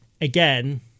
Again